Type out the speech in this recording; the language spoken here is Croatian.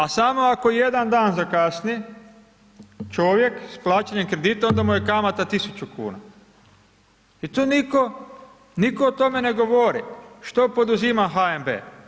A samo ako jedan dan zakasni, čovjek s plaćanjem kredita, onda mu je kamata 1000 kn i to nitko, nitko o tome ne govori, što poduzima HNB?